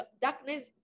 darkness